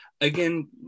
Again